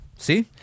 See